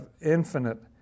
infinite